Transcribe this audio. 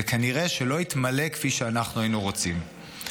וכנראה לא יתמלא כפי שאנחנו היינו רוצים.